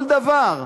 כל דבר.